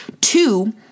Two